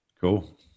Cool